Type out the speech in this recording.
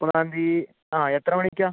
മുപ്പതാം തീയതി ആ എത്ര മണിക്കാണ്